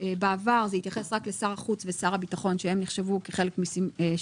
בעבר זה התייחס רק לשר החוץ ושר הביטחון שהם נחשבו כחלק משבעת,